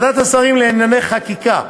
ועדת השרים לענייני חקיקה,